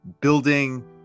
building